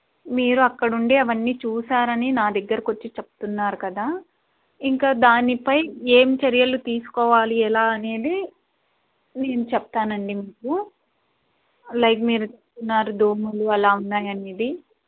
మీరు అక్కడ ఉండి అవన్నీ చూశారని నా దగ్గరకు వచ్చి చెప్తున్నారు కదా ఇంకా దానిపై ఏమి చర్యలు తీసుకోవాలి ఎలా అనేది నేను చెప్తాను అండి మీకు లైక్ మీరు చెప్తున్నారు దోమలు అలా ఉన్నాయి అనేది